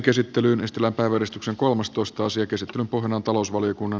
käsittelyn pohjana on talousvaliokunnan mietintö